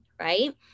right